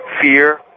Fear